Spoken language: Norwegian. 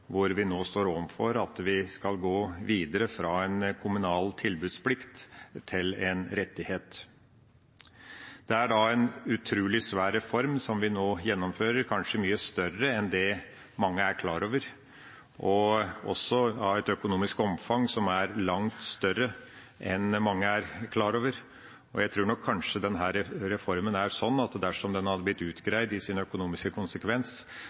hvor vi skal gå videre fra en kommunal tilbudsplikt til en rettighet. Det er en utrolig svær reform som vi nå gjennomfører, kanskje mye større enn det mange er klar over, og også av et økonomisk omfang som er langt større enn mange er klar over. Jeg tror nok kanskje denne reformen er slik at dersom den hadde blitt utgreid i sin økonomiske konsekvens,